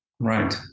Right